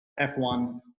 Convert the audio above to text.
F1